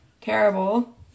terrible